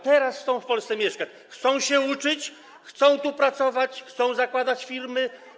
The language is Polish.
Teraz chcą w Polsce mieszkać, chcą się uczyć, chcą tu pracować, chcą zakładać firmy.